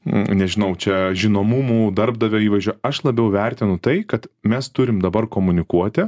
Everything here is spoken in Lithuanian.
nežinau čia žinomumu darbdavio įvaizdžio aš labiau vertinu tai kad mes turim dabar komunikuoti